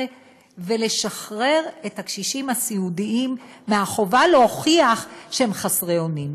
ולשחרר את הקשישים הסיעודיים מהחובה להוכיח שהם חסרי אונים.